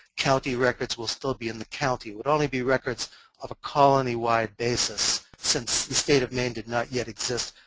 county records will still be in the county. there will only be records of a colony-wide basis since the state of maine did not yet exist.